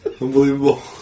Unbelievable